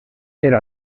era